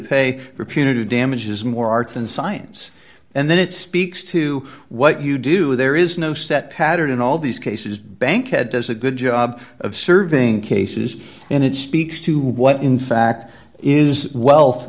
pay for punitive damages more art than science and then it speaks to what you do there is no set pattern in all these cases bankhead does a good job of serving cases and it speaks to what in fact is wealth